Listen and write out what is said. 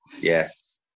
yes